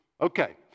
Okay